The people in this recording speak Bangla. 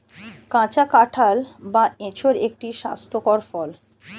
কাঁচা কাঁঠাল বা এঁচোড় একটি স্বাস্থ্যকর ফল